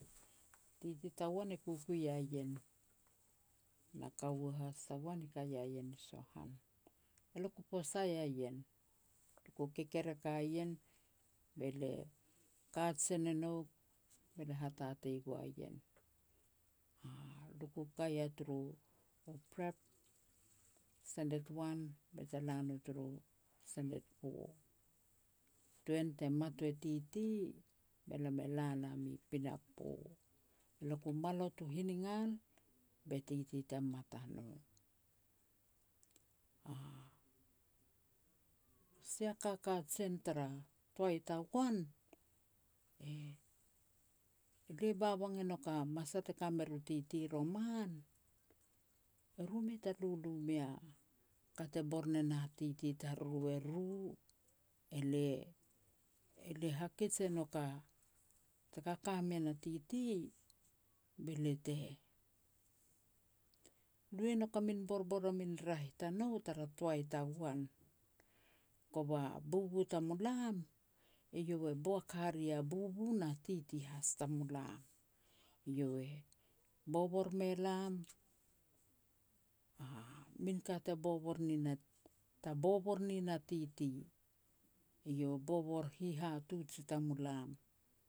Titi tagoan e kukui ia ien, na kaua has tagoan i kaia ien i Sohan. Elia ku posai a ien, ku kekerek a ien, be lia kajen e nouk, be lia hatatei goa ien. A, lia ku kai ya turu prep, standard one bete la no turu standard four. Tuan te mat u e titi, be lam e la nam i pinapo. Lia ku malot u hinigal, be titi te mat a no. A sia ka kajen tara toai tagoan, lia babang e nouk a masal ke ka mer u titi roman, eru mei ta lulu mea ka te bor ne na titi tariru eru, elia-elia hakej e nouk taka ka mean a titi, be lia te lui e nouk a min borbor tanou tara taoi tagoan. Kova bubu tamulam, eiau e boak hare ya bubu na titi has tamulam. Eiau e bobor mei lam, a min ka ta bobor nin a ta bobor nin a titi. Eiau borbor hihatuj i tamulam